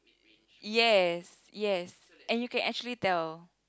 yes yes and you can actually tell